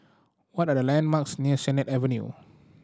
what are the landmarks near Sennett Avenue